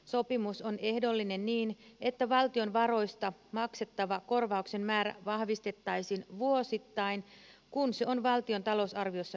sopimus on ehdollinen niin että valtion varoista maksettavan kor vauksen määrä vahvistettaisiin vuosittain kun se on valtion talousarviossa päätetty